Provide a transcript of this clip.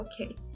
okay